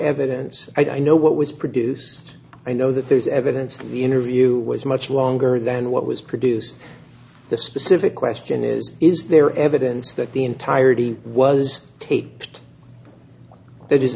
evidence i know what was produced i know that there's evidence that the interview was much longer than what was produced the specific question is is there evidence that the entirety was taped